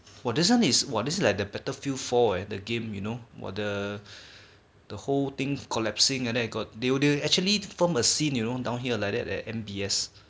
!wah! this one is like the battlefield four eh the game you know the the whole thing collapsing and then got the they actually form a scene you know down here like that at M_B_S